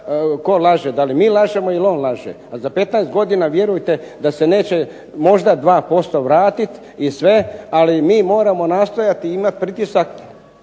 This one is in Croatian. tko laže, da li mi lažemo ili on laže. A za 15 godina vjerujte da se neće možda 2% vratit i sve, ali mi moramo nastojati imati pritisak.